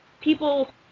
people